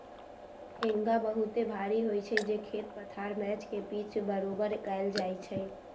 हेंगा बहुते भारी होइ छइ जे खेत पथार मैच के पिच बरोबर कएल जाइ छइ